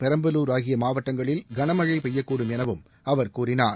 பெரம்பலூர் ஆகிய மாவட்டங்களில் கனமழை பெய்யக்கூடும் எனவும் அவர் கூறினார்